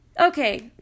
okay